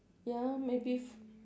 ya maybe f~